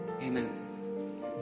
Amen